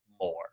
more